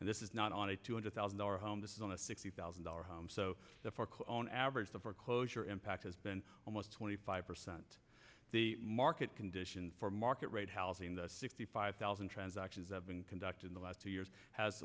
and this is not on a two hundred thousand dollars home this is on a sixty thousand dollars home so on average the foreclosure impact has been almost twenty five percent the market conditions for market rate housing the sixty five thousand transactions have been conducted in the last two years has